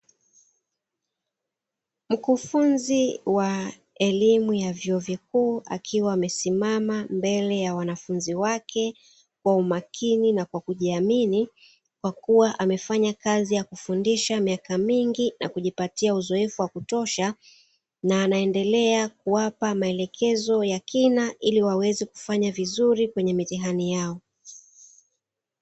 Mkufunzi wa elimu ya vyuo vikuu akiwa amesimama mbele ya wanafunzi wake kwa umakini na kwa kujiamini, kwa kuwa amefanya kazi ya kufundisha miaka mingi na kujipatia uzoefu wa kutosha na anaendelea kuwapa maelekezo ya kina ili waweze kufanya vizuri kwenye mitihani yao.